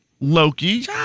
Loki